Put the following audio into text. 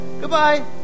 goodbye